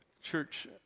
church